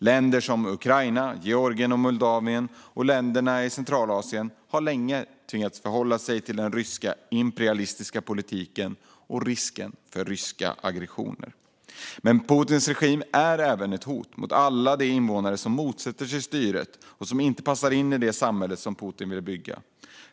Länder som Ukraina, Georgien, Moldavien och länderna i Centralasien har länge tvingats förhålla sig till den ryska imperialistiska politiken och risken för ryska aggressioner. Men Putins regim är även ett hot mot alla de invånare som motsätter sig styret eller som inte passar in i det samhälle som Putin vill bygga.